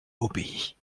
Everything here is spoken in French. obéit